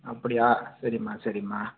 அப்படியா சரிம்மா சரிம்மா